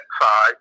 side